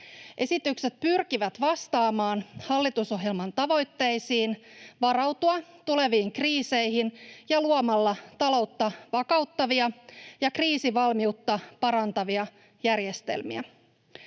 Esitykset pyrkivät vastaamaan hallitusohjelman tavoitteisiin varautua tuleviin kriiseihin luomalla taloutta vakauttavia ja kriisivalmiutta parantavia järjestelmiä.